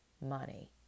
money